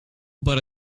but